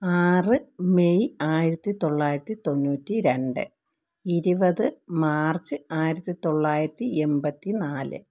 ആറ് മെയ് ആയിരത്തി തൊള്ളായിരത്തി തൊണ്ണൂറ്റി രണ്ട് ഇരുപത് മാർച്ച് ആയിരത്തി തൊള്ളായിരത്തി എൺപത്തി നാല്